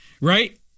Right